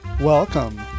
welcome